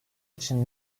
için